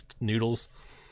noodles